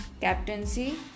captaincy